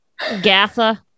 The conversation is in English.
Gatha